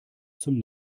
zum